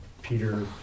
Peter